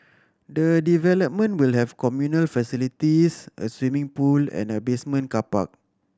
the development will have communal facilities a swimming pool and a basement car park